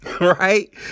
right